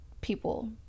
people